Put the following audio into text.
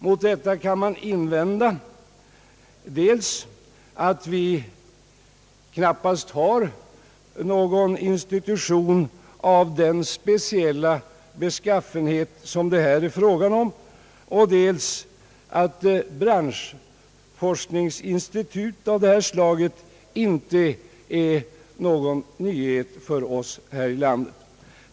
Mot detta kan man dock invända, dels att vi knappast har någon institution av den speciella beskaffenhet som det här är fråga om, och dels att branschforskningsinstitut av detta slag inte är någon nyhet för oss här i landet.